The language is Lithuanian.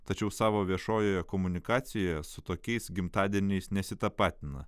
tačiau savo viešojoje komunikacijoje su tokiais gimtadieniais nesitapatina